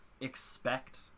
expect